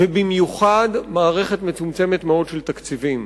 ובמיוחד מערכת מצומצמת מאוד של תקציבים.